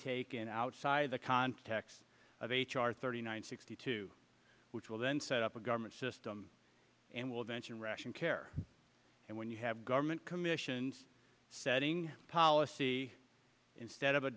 taken outside the context of h r thirty nine sixty two which will then set up a government system and will eventually ration care and when you have government commissions setting policy instead of a